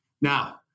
Now